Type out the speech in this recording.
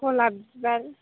गलाब बिबार